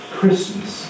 Christmas